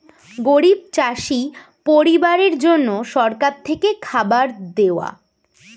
গরিব চাষি পরিবারের জন্য সরকার থেকে খাবার দেওয়া